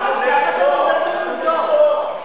אדוני היושב-ראש, מה אתה מבלבל אותו עם עובדות?